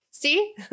See